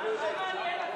מה מעניין אותי,